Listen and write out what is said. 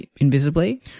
invisibly